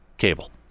Cable